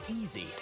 easy